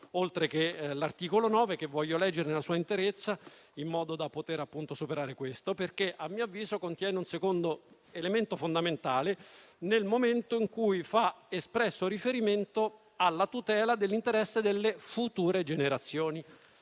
oltre che l'articolo 9, che voglio leggere nella sua interezza perché, a mio avviso, contiene un secondo elemento fondamentale nel momento in cui fa espresso riferimento alla tutela dell'interesse delle future generazioni.